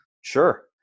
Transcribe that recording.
sure